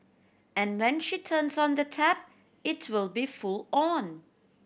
and when she turns on the tap it will be full on